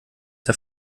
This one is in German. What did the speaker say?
der